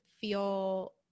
feel